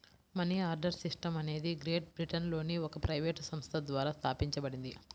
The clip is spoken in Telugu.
మనీ ఆర్డర్ సిస్టమ్ అనేది గ్రేట్ బ్రిటన్లోని ఒక ప్రైవేట్ సంస్థ ద్వారా స్థాపించబడింది